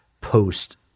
post